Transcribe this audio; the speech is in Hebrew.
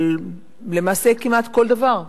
למעשה כמעט כל דבר.